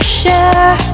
share